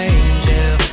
angel